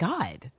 God